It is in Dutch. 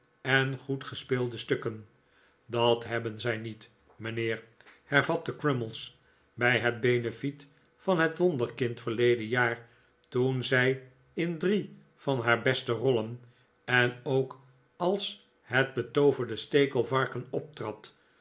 en goed gespeelde stukken dat hebben zij niet mijnheer hervatte crummies bij het benefiet van het wonderkind verleden jaar toen zij in drie van haar beste rollen en ook als het betooverde stekelvarken optrad